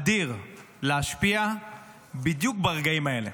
אדיר, להשפיע בדיוק ברגעים האלה,